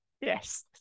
Yes